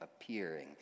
appearing